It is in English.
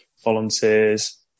volunteers